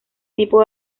tipo